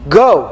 go